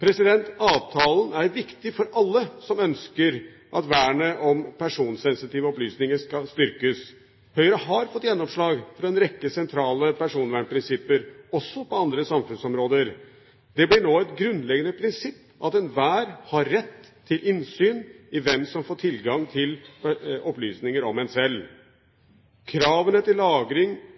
Avtalen er viktig for alle som ønsker at vernet om personsensitive opplysninger skal styrkes. Høyre har fått gjennomslag for en rekke sentrale personvernprinsipper – også på andre samfunnsområder. Det blir nå et grunnleggende prinsipp at enhver har rett til innsyn i hvem som får tilgang til opplysninger om en selv – kravene til lagring